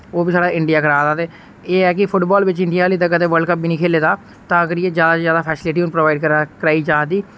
ओह् बी साढ़ा इंडिया करा दा ते एह् ऐ कि फुटबाल बिच इंडिया आह्ले ते कदें वर्ल्ड कप बी नि खेले दा तां करियै ज्यादा हा ज्यादा फैसिलिटी हुन प्रोवाइड करा कराई जा दी